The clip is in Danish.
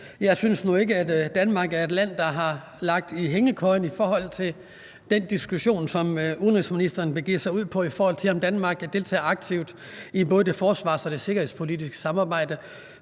Jeg synes nu ikke, at Danmark er et land, der har ligget i hængekøjen i den diskussion, som udenrigsministeren begiver sig ind på, nemlig om Danmark deltager aktivt i både det forsvars- og sikkerhedspolitiske samarbejde.